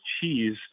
cheese